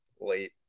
late